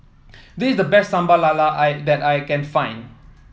this is the best Sambal Lala I that I can find